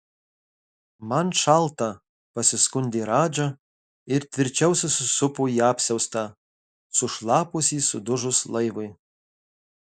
man šalta pasiskundė radža ir tvirčiau susisupo į apsiaustą sušlapusį sudužus laivui